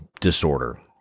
Disorder